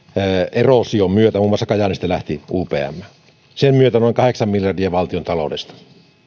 eroosion myötä muun muassa kajaanista lähti upm noin kahdeksan miljardia valtiontaloudesta